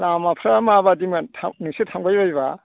लामाफ्रा मा बादिमोन नोंसोर थांबाय बायबा